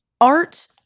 Art